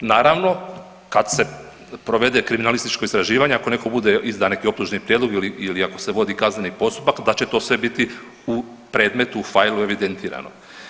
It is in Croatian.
Naravno kad se provede kriminalističko istraživanje ako neko bude izdao neki optužni prijedlog ili ako se vodi kazneni postupak da će to sve biti u predmetu u fajlu evidentirano.